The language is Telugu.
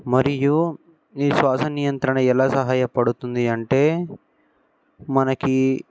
మరియు ఈ శ్వాస నియంత్రణ ఎలా సహాయపడుతుంది అంటే మనకి